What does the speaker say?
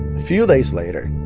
few days later,